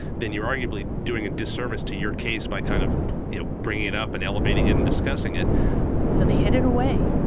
then you're arguably doing a disservice to your case by kind of you know bringing it up, and elevating it, and discussing it so they hid it away.